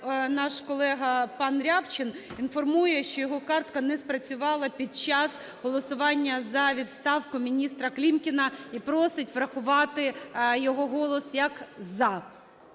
наш колега пан Рябчин інформує, що його картка не спрацювала під час голосування за відставку міністра Клімкіна, і просить врахувати його голос як "за".